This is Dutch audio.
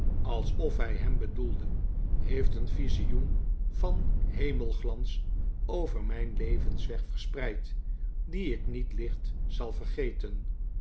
alsof hij hem bedoelde heeft een visioen van hemelglans over mijn levensweg verspreid dien ik niet licht zal vergeten